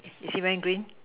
is is he wearing green